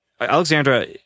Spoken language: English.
Alexandra